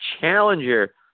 challenger